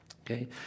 okay